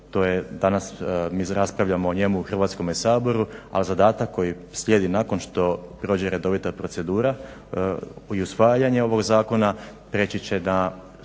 danas mi raspravljamo o njemu u Hrvatskome saboru, ali zadatak koji slijedi nakon što prođe redovita procedura i usvajanje ovog zakona prijeći će na